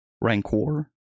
Rancor